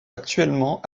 actuellement